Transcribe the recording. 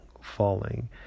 falling